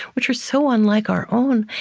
which are so unlike our own,